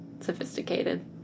sophisticated